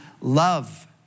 love